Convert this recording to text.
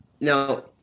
Now